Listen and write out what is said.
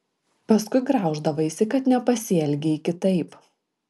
paskui grauždavaisi kad nepasielgei kitaip